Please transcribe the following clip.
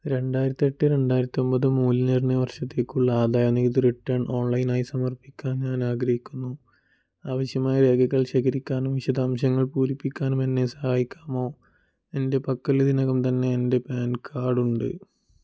രണ്ടായിരത്തി എട്ട് രണ്ടായിരത്തി ഒമ്പത് മൂല്യനിർണ്ണയ വർഷത്തേക്കുള്ള ആദായനികുതി റിട്ടേൺ ഓൺലൈനായി സമർപ്പിക്കാൻ ഞാൻ ആഗ്രഹിക്കുന്നു ആവശ്യമായ രേഖകൾ ശേഖരിക്കാനും വിശദാംശങ്ങൾ പൂരിപ്പിക്കാനും എന്നെ സഹായിക്കാമോ എൻ്റെ പക്കൽ ഇതിനകം തന്നെ എൻ്റെ പാൻ കാർഡുണ്ട്